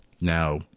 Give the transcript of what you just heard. Now